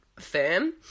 firm